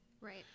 Right